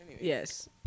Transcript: Yes